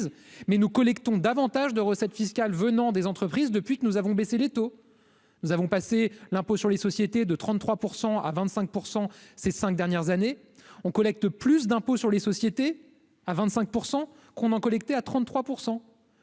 mais nous collectons davantage de recettes fiscales venant des entreprises depuis que nous avons baissé les taux, nous avons passé l'impôt sur les sociétés de 33 % à 25 % ces 5 dernières années on collecte plus d'impôt sur les sociétés à 25 % qu'on en collecter à 33